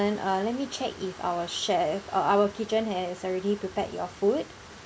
uh let me check if our chef uh our kitchen has already prepared your food